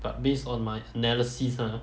but based on my analysis ah